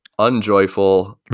unjoyful